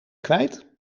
kwijt